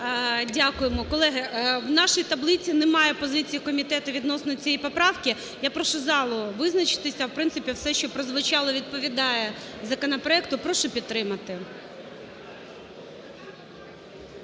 Дякуємо. Колеги, в нашій таблиці немає позиції комітету відносно цієї поправки. Я прошу залу визначитися. В принципі, все, що прозвучало, відповідає законопроекту. Прошу підтримати.